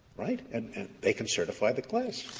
right, and they can certify the class?